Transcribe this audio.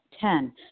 Ten